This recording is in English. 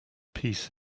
peace